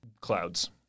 Clouds